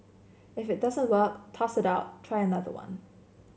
if it doesn't work toss it out try another one